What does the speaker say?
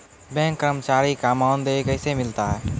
Bank कर्मचारी का मानदेय कैसे मिलता हैं?